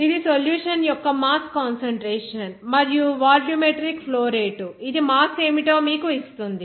ఇది సొల్యూషన్ యొక్క mass concentration మరియు వాల్యూమెట్రిక్ ఫ్లో రేటు ఇది మాస్ ఏమిటో మీకు ఇస్తుంది